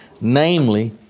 namely